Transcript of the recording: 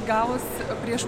gavus prieš